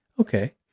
Okay